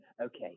Okay